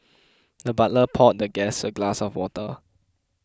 the butler poured the guest a glass of water